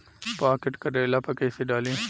Pocket करेला पर कैसे डाली?